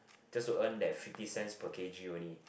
just to earn that fifty cents per kg only